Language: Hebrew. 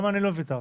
גם אני לא ויתרתי.